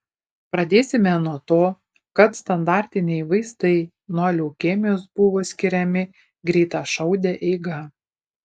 pradėsime nuo to kad standartiniai vaistai nuo leukemijos buvo skiriami greitašaude eiga